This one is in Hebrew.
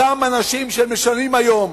אותם אנשים שמשלמים היום,